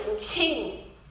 king